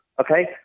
okay